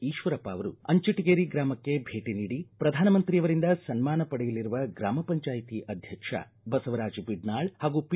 ಈಶ್ವರಪ್ಪ ಅವರು ಅಂಚಟಗೇರಿ ಗ್ರಾಮಕ್ಕೆ ಭೇಟಿ ನೀಡಿ ಪ್ರಧಾನಮಂತ್ರಿಯವರಿಂದ ಸನ್ಮಾನ ಪಡೆಯಲಿರುವ ಗ್ರಾಮ ಪಂಚಾಯಿತಿ ಅಧ್ಯಕ್ಷ ಬಸವರಾಜ್ ಬಿಡ್ನಾಳ ಹಾಗೂ ಪಿ